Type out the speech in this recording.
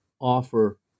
offer